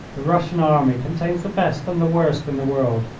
the russian army contains the best and the worst in the world,